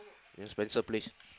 Spencer please